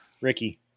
Ricky